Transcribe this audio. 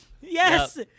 Yes